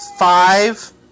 five